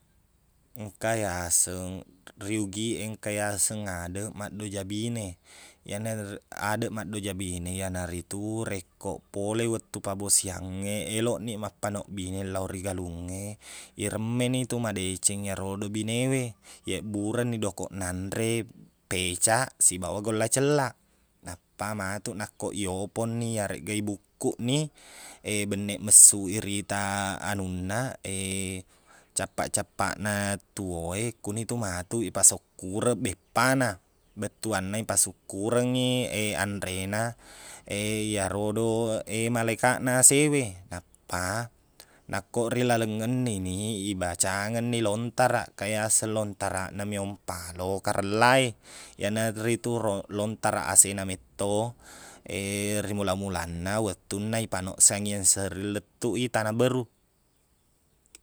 Engka iyaseng- ri ugiq e engka iyaseng adeq maddoja bine iyanar- adeq maddoja bine iyanaritu rekko pole wettu pabbosiangnge eloqniq mappanoq bine lao ri galungnge iremmenitu madeceng iyarodo binewe iyebburengni dokoq nanre pecaq sibawa golla cellaq nappa matuq nakko iyopongni iyareqga ibukkuqni benneq messuq i riita anunna cappa-cappana tuo e kunitu matuq ipasukkureng beppana bettuanna ipasukkurengngi anrena iyarodo malekaqna asewe nappa nakko ri laleng ennini ibacangenni lontaraq kaiyaseng lontaraqna meong palo karella e iyanaritu ron- lontaraq asena metto rimula-mulanna wettunna ipanoq sangiang serriq lettui tana berru